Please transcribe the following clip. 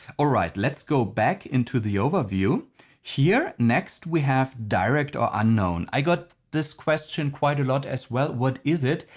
alright, let's go back into the overview here. next we have direct or unknown. i got this question quite a lot as well what is it?